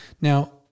Now